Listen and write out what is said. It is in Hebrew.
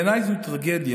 בעיניי זו טרגדיה.